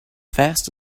fast